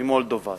ממולדובה.